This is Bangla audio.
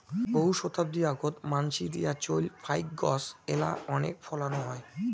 বহু শতাব্দী আগোত মানসি দিয়া চইল ফাইক গছ এ্যালা কণেক ফলানো হয়